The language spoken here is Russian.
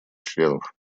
членов